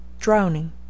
Drowning